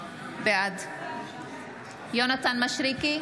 בעד יונתן מישרקי,